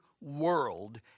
world